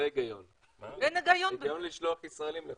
אין היגיון כנראה.